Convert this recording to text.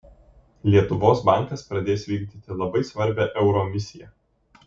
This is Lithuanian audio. lietuvos bankas pradės vykdyti labai svarbią euro misiją